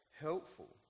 helpful